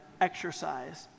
exercise